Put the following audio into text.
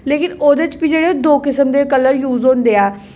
लेकिन ओह्दे च बी जेह्ड़े दो किस्म दे कलर यूज होंदे ऐ